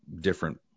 different